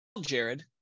Jared